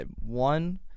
One